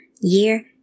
year